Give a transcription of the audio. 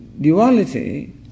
duality